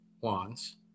wands